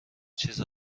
چیز